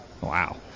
Wow